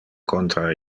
contra